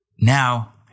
now